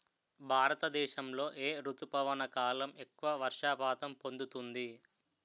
భారతదేశంలో ఏ రుతుపవన కాలం ఎక్కువ వర్షపాతం పొందుతుంది?